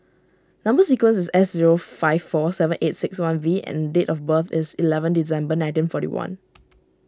Number Sequence is S zero five four seven eight six one V and date of birth is eleven December nineteen forty one